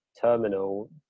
terminal